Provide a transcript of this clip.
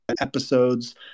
episodes